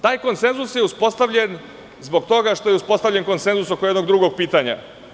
Taj konsenzus je uspostavljen, zbog toga što je uspostavljen konsenzus oko jednog drugog pitanja.